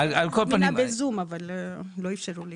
זמינה בזום אבל לא אפשרו לי.